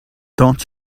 don’t